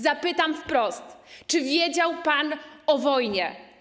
Zapytam wprost: Czy wiedział pan o wojnie?